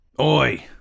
Oi